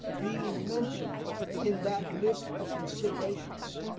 being mentioned in that list of considerations.